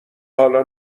حالا